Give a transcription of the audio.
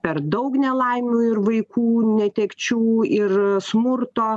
per daug nelaimių ir vaikų netekčių ir smurto